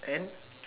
and